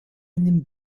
einem